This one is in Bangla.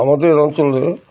আমাদের অঞ্চলে